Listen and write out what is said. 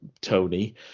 Tony